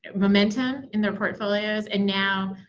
momentum in their portfolios. and now,